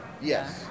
Yes